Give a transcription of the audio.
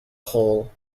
hole